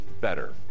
better